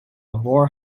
war